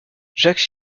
jacques